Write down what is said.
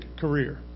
career